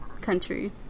country